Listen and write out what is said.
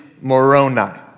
moroni